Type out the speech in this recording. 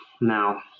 Now